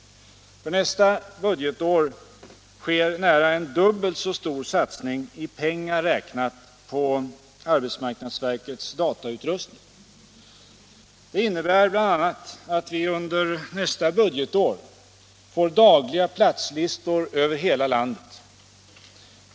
För nästa budgetår sker en nästan dubbelt så stor satsning som tidigare, i pengar räknat, på arbetsmarknadsverkets ADB-utrustning. Det innebär bl.a. att vi under nästa budgetår får dagliga platslistor över hela landet.